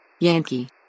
yankee